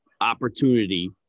opportunity